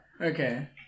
Okay